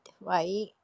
right